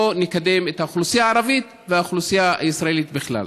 נקדם את האוכלוסייה הערבית והאוכלוסייה הישראלית בכלל.